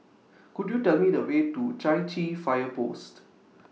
Could YOU Tell Me The Way to Chai Chee Fire Post